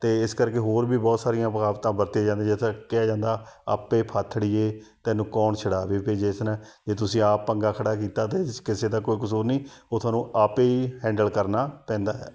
ਅਤੇ ਇਸ ਕਰਕੇ ਹੋਰ ਵੀ ਬਹੁਤ ਸਾਰੀਆਂ ਕਹਾਵਤਾਂ ਵਰਤੀਆਂ ਜਾਂਦੀਆਂ ਜਿਸ ਤਰ੍ਹਾਂ ਕਿਹਾ ਜਾਂਦਾ ਆਪੇ ਫਾਥੜੀਏ ਤੈਨੂੰ ਕੋਣ ਛੜਾਵੇ ਵੀ ਜਿਸ ਨੇ ਜੇ ਤੁਸੀਂ ਆਪ ਪੰਗਾਂ ਖੜ੍ਹਾ ਕੀਤਾ ਅਤੇ ਇਸ ਚ ਕਿਸੇ ਦਾ ਕੋਈ ਕਸੂਰ ਨਹੀਂ ਉਹ ਤੁਹਾਨੂੰ ਆਪ ਹੀ ਹੈਂਡਲ ਕਰਨਾ ਪੈਂਦਾ ਹੈ